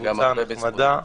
זה גם הרבה בזכותו,